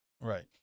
right